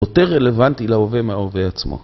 יותר רלוונטי להווה מההווה עצמו.